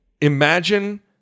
imagine